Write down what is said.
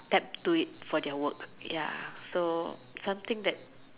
tapped to it for their work so something that